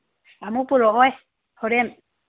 ꯑꯃꯨꯛ ꯄꯨꯔꯛꯑꯣꯏ ꯍꯣꯔꯦꯟ